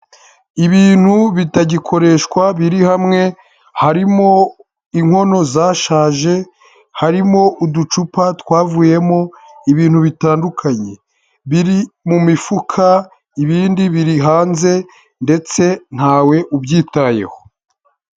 Ibintu bitagikoreshwa biri hamwe harimo inkono zashaje harimo uducupa twavuyemo ibintu bitandukanye biri mu mifuka ibindi biri hanze ndetse ntawe ubyitayeho.